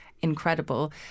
incredible